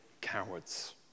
Cowards